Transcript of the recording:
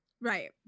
Right